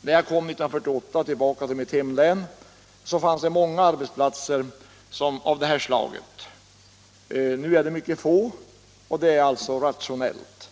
När jag 1948 kom tillbaka till mitt hemlän fanns det många arbetsplatser av det här slaget. Nu är de mycket få, och det är alltså rationellt.